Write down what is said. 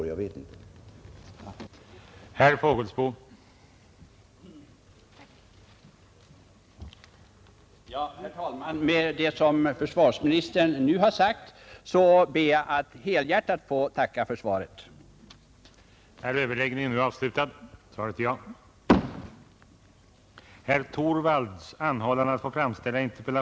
Men därom vet jag ännu inget.